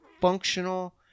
functional